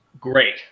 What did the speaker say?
great